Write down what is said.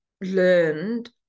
learned